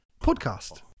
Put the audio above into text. podcast